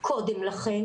קודם לכן,